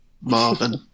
Marvin